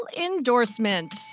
endorsement